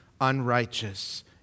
unrighteous